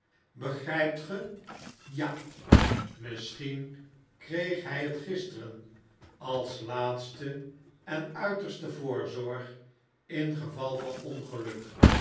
begrypt ge ja misschien kreeg hy het gisteren als laatste en uiterste voorzorg ingeval van ongeluk